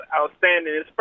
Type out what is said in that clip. outstanding